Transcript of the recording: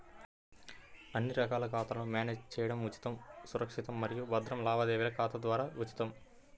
అన్ని రకాల ఖాతాలను మ్యానేజ్ చేయడం ఉచితం, సురక్షితం మరియు భద్రం లావాదేవీల ఖాతా ద్వారా ఉచితం